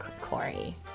Corey